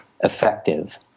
effective